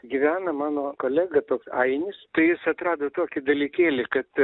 gyvena mano kolega ainis tai jis atrado tokį dalykėlį kad